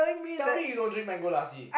tell me you don't drink mango lassi